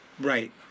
Right